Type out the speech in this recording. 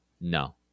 No